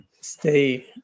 stay